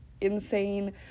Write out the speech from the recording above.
Insane